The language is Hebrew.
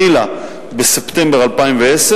התחילה בספטמבר 2010,